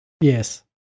Yes